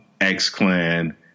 X-Clan